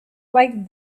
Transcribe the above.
like